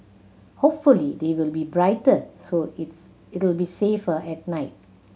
hopefully they will be brighter so its it'll be safer at night